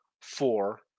four